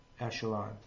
echelon